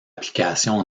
applications